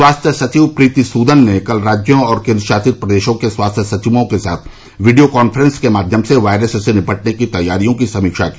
स्वास्थ्य सचिव प्रीति सूदन ने कल राज्यों और केंद्रशासित प्रदेशों के स्वास्थ्य सचिवों के साथ वीडियो कॉन्फ्रेंस के माध्यम से वायरस से निपटने की तैयारियों की समीक्षा की